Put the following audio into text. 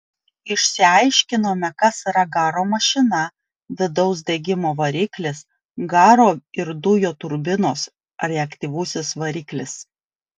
išsiaiškinome kas yra garo mašina vidaus degimo variklis garo ir dujų turbinos reaktyvusis variklis